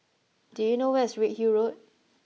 do you know where is Redhill Road